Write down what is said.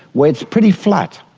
where it's pretty flat,